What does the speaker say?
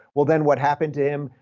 well then, what happened to him?